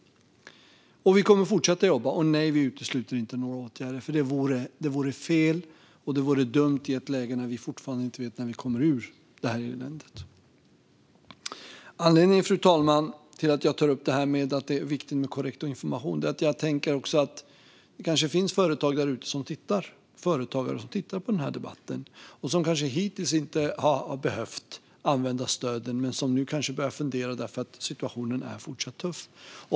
Vi kommer att fortsätta jobba. Nej, vi utesluter inte några åtgärder. Det vore fel och dumt i ett läge där vi fortfarande inte vet när vi kommer ur det här eländet. Fru talman! Anledningen till att jag tar upp att det är viktigt med korrekt information är att det kanske finns företagare som tittar på den här debatten och som hittills inte har behövt använda stöden men som nu börjar fundera på det därför att situation fortsatt är tuff.